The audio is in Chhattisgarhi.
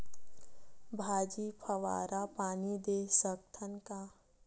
भाजी फवारा पानी दे सकथन का?